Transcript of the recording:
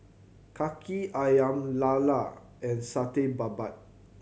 Kaki Ayam Lala and Satay Babat